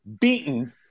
beaten